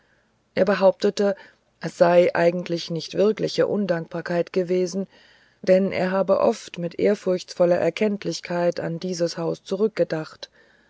er behauptete es sei eigentlich nicht wirkliche undankbarkeit gewesen denn er habe oft mit ehrfuchtsvoller erkenntlichkeit an dieses haus zurückgedacht